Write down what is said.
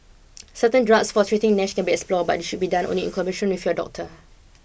certain drugs for treating Nash can be explored but this should be done only in collaboration with your doctor